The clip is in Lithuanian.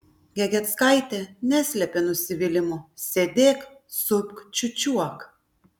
gegieckaitė neslėpė nusivylimo sėdėk supk čiūčiuok